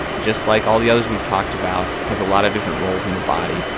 just like all the others we've talked about, has a lot of different roles in the body.